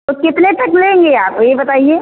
तो कितने तक लेंगे आप ये बताइए